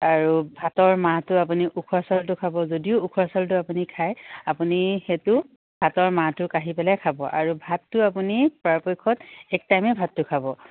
আৰু ভাতৰ মাৰটো আপুনি উখোৱা চাউলটো খাব যদিও উখোৱা চাউলটো আপুনি খায় আপুনি সেইটো ভাতৰ মাৰটো কাঢ়ি পেলাই খাব আৰু ভাতটো আপুনি পৰাপক্ষত এক টাইমেই ভাতটো খাব